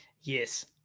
Yes